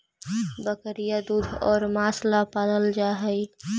बकरियाँ दूध और माँस ला पलाल जा हई